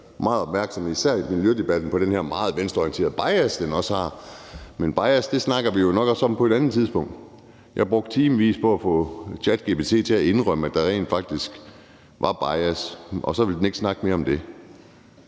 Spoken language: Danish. meget opmærksom, især i miljødebatten, på den her meget venstreorienterede bias, den også har, men bias kommer vi nok også til at snakke om på et andet tidspunkt. Jeg har brugt timevis på at få ChatGPT til at indrømme, at der rent faktisk var bias, og så ville den ikke snakke mere om det.